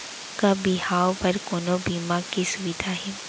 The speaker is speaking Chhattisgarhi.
का बिहाव बर कोनो बीमा के सुविधा हे?